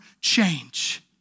change